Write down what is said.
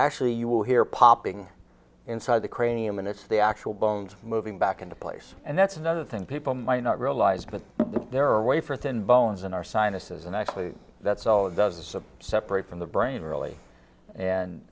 actually you will hear popping inside the cranium and it's the actual bones moving back into place and that's another thing people might not realize but there are wafer thin bones in our sinuses and actually that's all it does is upset break from the brain really and